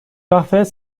parfait